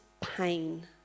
pain